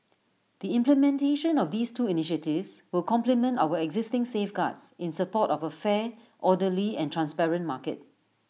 the implementation of these two initiatives will complement our existing safeguards in support of A fair orderly and transparent market